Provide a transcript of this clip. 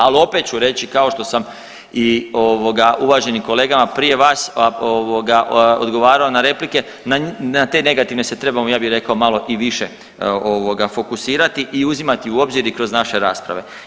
Ali, opet ću reći, kao što sam i ovoga, uvaženim kolegama prije vas odgovarao na replike, na te negativne se trebamo, ja bih rekao, malo i više ovoga, fokusirati i uzimati u obzir i kroz naše rasprave.